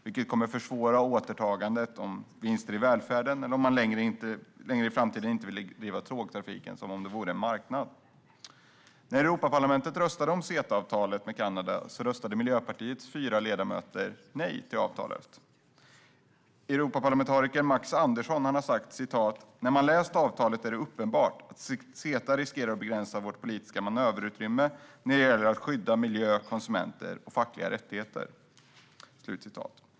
Det kommer att försvåra återtagandet av vinster i välfärden eller om man i framtiden inte längre vill driva tågtrafiken som om det vore en marknad. När Europaparlamentet röstade om CETA-avtalet med Kanada röstade Miljöpartiets fyra ledamöter nej till avtalet. Europaparlamentarikern Max Andersson har sagt: När man läst avtalet är det uppenbart att CETA riskerar att begränsa vårt politiska manöverutrymme när det gäller att skydda miljö, konsumenter och fackliga rättigheter.